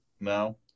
No